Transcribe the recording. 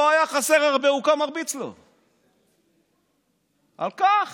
לא היה חסר הרבה שהוא קם ומרביץ לו על כך